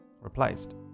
replaced